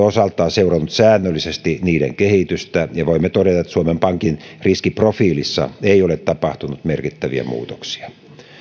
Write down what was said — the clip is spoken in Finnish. osaltaan seurannut säännöllisesti niiden kehitystä ja voimme todeta että suomen pankin riskiprofiilissa ei ole tapahtunut merkittäviä muutoksia